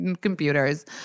Computers